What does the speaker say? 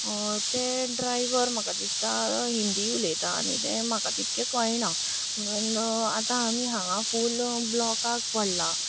ते ड्रायव्हर म्हाका दिसता हिंदी उलयता आनी तें म्हाका तितके कळना म्हणून आमी आतां फूल ब्लॉकाक पडला